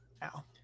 now